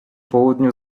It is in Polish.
południu